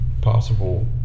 possible